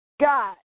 God